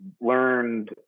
learned